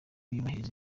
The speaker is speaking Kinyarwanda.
yubahiriza